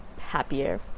happier